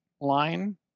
line